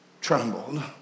trembled